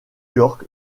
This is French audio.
york